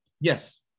Yes